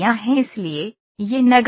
इसलिए यह नगण्य है